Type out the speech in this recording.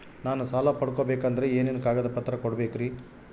ನಾನು ಸಾಲ ಪಡಕೋಬೇಕಂದರೆ ಏನೇನು ಕಾಗದ ಪತ್ರ ಕೋಡಬೇಕ್ರಿ?